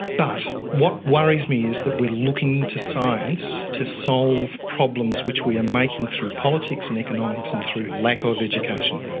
but what worries me is that we are looking to science to solve problems which we are making through politics and economics and through lack of education.